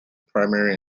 primary